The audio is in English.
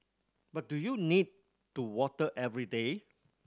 but do you need to water every day